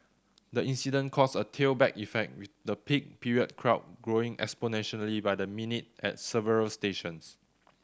the incident caused a tailback effect with the peak period crowd growing exponentially by the minute at several stations